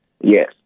Yes